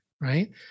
right